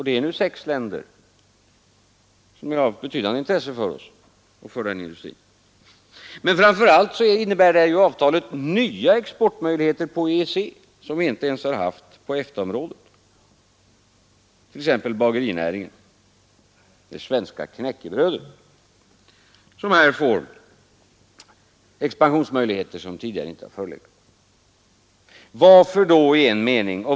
Det är fråga om sex länder som har ett betydande intresse för oss och för den industrin. Men framför allt innebär avtalet nya exportmöjligheter på EEC, som vi inte har haft ens inom EFTA-området, t.ex. när det gäller bagerinäringen. Det svenska knäckebrödet får här expansionsmöjligheter som inte tidigare har funnits.